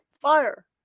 fire